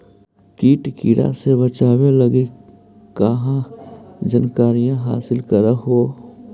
किट किड़ा से बचाब लगी कहा जानकारीया हासिल कर हू?